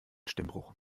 stimmbruch